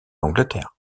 l’angleterre